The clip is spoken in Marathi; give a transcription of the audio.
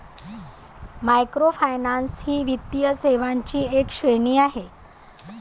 मायक्रोफायनान्स ही वित्तीय सेवांची एक श्रेणी आहे